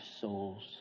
souls